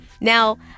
Now